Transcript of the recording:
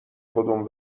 کدوم